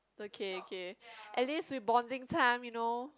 okay okay at least we bonding time you know